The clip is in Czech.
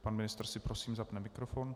Pan ministr si prosím zapne mikrofon.